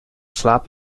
slaap